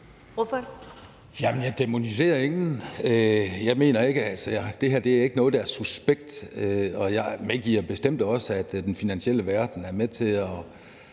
jeg dæmoniserer ingen. Det her er ikke noget, der er suspekt, og jeg medgiver bestemt også, at den finansielle verden er med til at